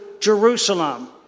Jerusalem